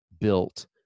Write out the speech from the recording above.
built